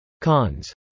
Cons